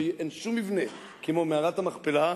אין שום מבנה כמו מערת המכפלה,